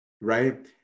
right